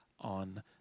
on